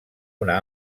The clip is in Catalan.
una